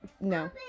no